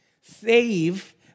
Save